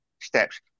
steps